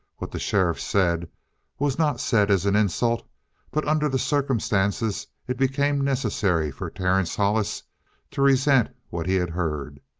what the sheriff said was not said as an insult but under the circumstances it became necessary for terence hollis to resent what he had heard.